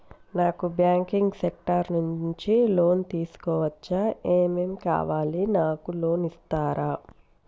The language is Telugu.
నాకు బ్యాంకింగ్ సెక్టార్ నుంచి లోన్ తీసుకోవచ్చా? ఏమేం కావాలి? నాకు లోన్ ఇస్తారా?